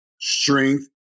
strength